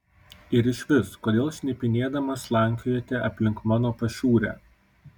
ir išvis kodėl šnipinėdamas slankiojate aplink mano pašiūrę